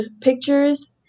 pictures